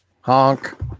Honk